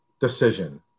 decision